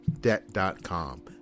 Debt.com